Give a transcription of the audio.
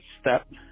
step